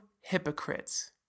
hypocrites